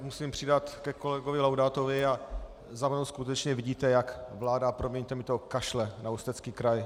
Musím se přidat ke kolegovi Laudátovi, za mnou skutečně vidíte, jak vláda, promiňte mi to, kašle na Ústecký kraj.